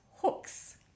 hooks